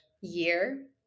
year